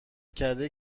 کرده